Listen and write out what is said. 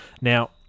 Now